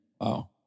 Wow